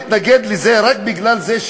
להתנגד לזה רק בגלל זה,